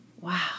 wow